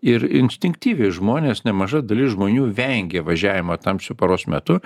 ir instinktyviai žmonės nemaža dalis žmonių vengia važiavimo tamsiu paros metu